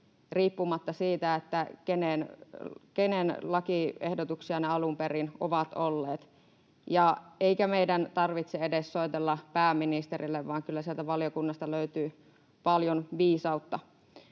riippumatta siitä, kenen lakiehdotuksia ne alun perin ovat olleet. Eikä meidän tarvitse edes soitella pääministerille, vaan kyllä sieltä valiokunnasta löytyy paljon viisautta.